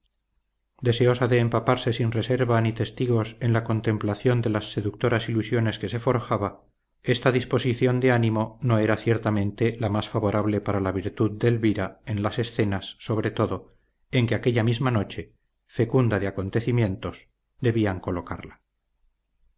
deseosa de empaparse sin reserva ni testigos en la contemplación de las seductoras ilusiones que se forjaba esta disposición de ánimo no era ciertamente la más favorable para la virtud de elvira en las escenas sobre todo en que aquella misma noche fecunda de acontecimientos debían colocarla